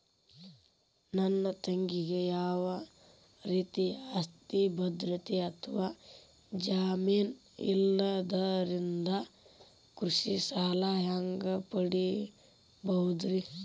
ನನ್ನ ತಂಗಿಗೆ ಯಾವ ರೇತಿಯ ಆಸ್ತಿಯ ಭದ್ರತೆ ಅಥವಾ ಜಾಮೇನ್ ಇಲ್ಲದಿದ್ದರ ಕೃಷಿ ಸಾಲಾ ಹ್ಯಾಂಗ್ ಪಡಿಬಹುದ್ರಿ?